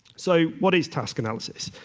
so what is task analysis?